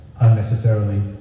unnecessarily